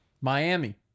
Miami